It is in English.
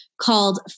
called